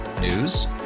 News